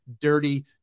dirty